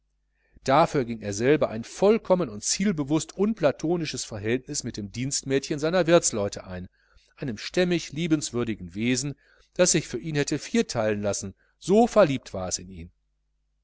dafür ging er selber ein vollkommen und zielbewußt unplatonisches verhältnis mit dem dienstmädchen seiner wirtsleute ein einem stämmig liebenswürdigen wesen das sich für ihn hätte vierteilen lassen so verliebt war es in ihn